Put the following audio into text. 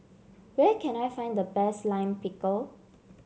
where can I find the best Lime Pickle